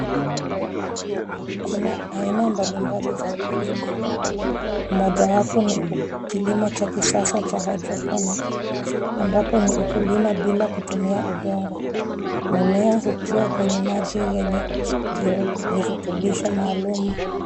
Kuna aina mbalimbali za ukulima, mojawapo ni kilimo cha kisasa cha hydroponic ambapo ni ukulima bila kutumia udongo. Mimea hukua kwenye maji yenye virutubisho maalum .